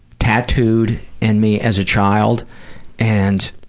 tattooed in me as a child and,